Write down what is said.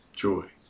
joy